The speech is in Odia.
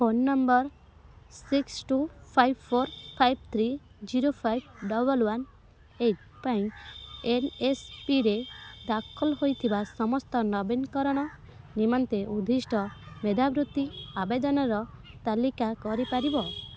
phone number six two five four five three zero five double one eight ପାଇଁ ଏନ୍ଏସ୍ପିରେ ଦାଖଲ ହୋଇଥିବା ସମସ୍ତ ନବୀକରଣ ନିମନ୍ତେ ଉଦ୍ଦିଷ୍ଟ ମେଧାବୃତ୍ତି ଆବେଦନର ତାଲିକା କରିପାରିବ